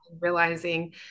realizing